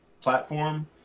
platform